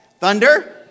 Thunder